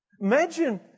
Imagine